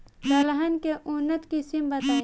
दलहन के उन्नत किस्म बताई?